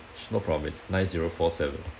no problem it's nine zero four seven